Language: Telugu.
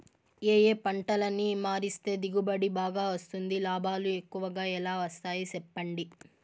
ఏ ఏ పంటలని మారిస్తే దిగుబడి బాగా వస్తుంది, లాభాలు ఎక్కువగా ఎలా వస్తాయి సెప్పండి